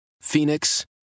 Phoenix